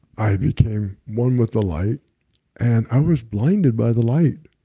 i became one with the light and i was blinded by the light.